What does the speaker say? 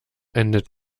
endet